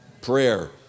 Prayer